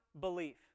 belief